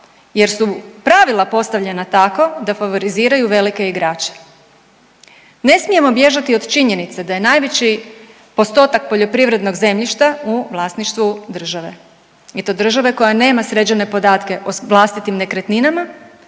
jer su pravila postavljena tako da favoriziraju velike igrače. Ne smijemo bježati od činjenice da je najveći postotak poljoprivrednog zemljišta u vlasništvu države i to države koja nema sređene podatke o vlastitim nekretninama,